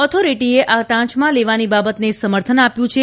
ઓથોરીટીએ આ ટાંચમાં લેવાની બાબતને સમર્થન આપ્યું છે